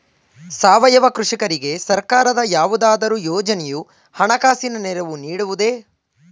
ಸಾವಯವ ಕೃಷಿಕರಿಗೆ ಸರ್ಕಾರದ ಯಾವುದಾದರು ಯೋಜನೆಯು ಹಣಕಾಸಿನ ನೆರವು ನೀಡುವುದೇ?